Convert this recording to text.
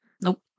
Nope